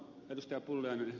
arvoisa puhemies